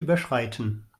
überschreiten